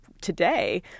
today